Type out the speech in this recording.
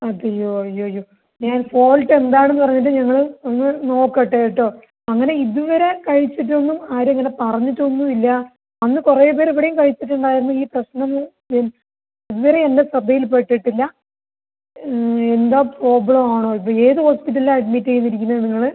അതെയോ അയ്യയ്യോ ഞാൻ ഫോൾട്ട് എന്താണെന്ന് പറഞ്ഞിട്ട് ഞങ്ങള് ഒന്ന് നോക്കട്ടെ കേട്ടോ അങ്ങനെ ഇതുവരെ കഴിച്ചിട്ടൊന്നും ആരും ഇങ്ങനെ പറഞ്ഞിട്ടൊന്നും ഇല്ല അന്ന് കുറെ പേർ ഇവിടെയും കഴിച്ചിട്ടുണ്ടായിരുന്നു ഈ പ്രശ്നമൊന്നും ഇതുവരെ എൻ്റെ ശ്രദ്ധയിൽ പെട്ടിട്ടില്ല എന്താ പ്രോബ്ലം ആണോ ഇത് ഏത് ഹോസ്പിറ്റലിലാണ് അഡ്മിറ്റ് ചെയ്തിരിക്കുന്നത് നിങ്ങൾ